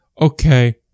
okay